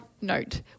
note